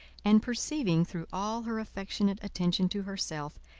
and perceiving through all her affectionate attention to herself,